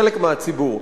חלק מהציבור,